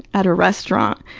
at a restaurant.